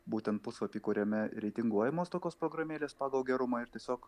būten puslapį kuriame reitinguojamos tokios programėlės pagal gerumą ir tiesiog